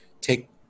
take